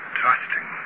trusting